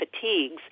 fatigues